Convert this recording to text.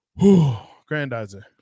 Grandizer